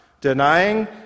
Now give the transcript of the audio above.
denying